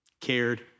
cared